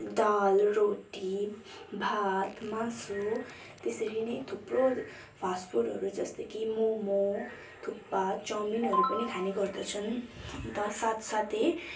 दाल रोटी भात मासु त्यसरी नै थुप्रो फास्ट फुडहरू जस्तै कि मोमो थुक्पा चाउमिनहरू पनि खाने गर्दछन् अन्त साथसाथै